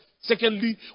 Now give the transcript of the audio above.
Secondly